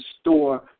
store